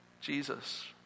Jesus